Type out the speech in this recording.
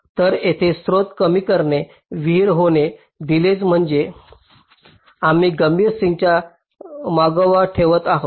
तर येथे स्त्रोत कमी करणे विहिर होण्यास डिलेज म्हणजे आम्ही गंभीर सिंकचा मागोवा ठेवत आहोत